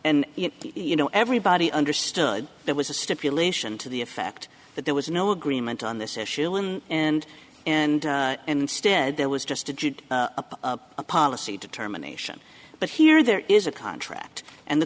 and you know everybody understood there was a stipulation to the effect that there was no agreement on this issue and and instead there was just a policy determination but here there is a contract and the